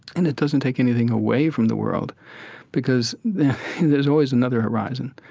and it doesn't take anything away from the world because there's always another horizon.